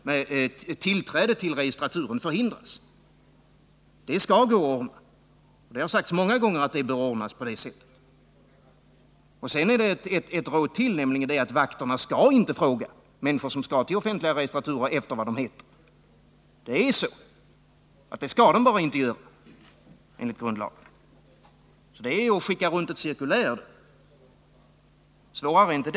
Det skall kunna gå att ordna, och det har sagts många gånger att det bör ordnas på det sättet. Ett råd till är att vakterna inte skall fråga människor som skall till offentliga registraturer vad de heter. Det skall de bara inte göra enligt grundlagen, så det blir att skicka runt ett cirkulär! — Svårare är det inte.